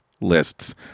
lists